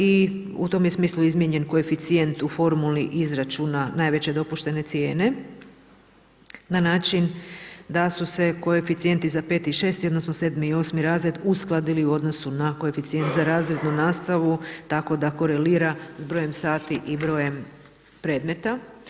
I u tom smislu je izmijenjen koeficijent u formuli izračuna najveće dopuštene cijene, na način da su se koeficijenti za 5 i 6, odnosno 7 i 8 razred uskladili u odnosu na koeficijent za razrednu nastavu tako da kolorira s brojem sati i brojem predmeta.